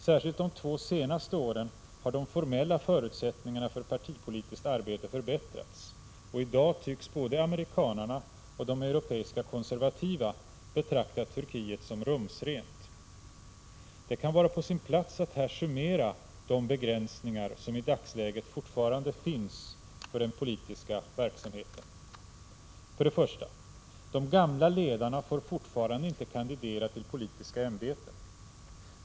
Särskilt de två senaste åren har de formella förutsättningarna för partipolitiskt arbete förbättrats, och i dag tycks både amerikanarna och europeiska konservativa betrakta Turkiet som ”rumsrent". Det kan vara på sin plats att här summera de begränsningar som i dagsläget fortfarande finns för den politiska verksamheten. 1. De gamla ledarna får fortfarande inte kandidera till politiska ämbeten.